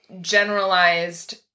generalized